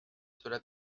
cela